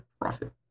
profit